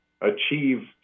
achieve